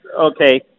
okay